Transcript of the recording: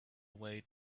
away